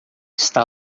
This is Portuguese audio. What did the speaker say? está